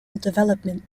development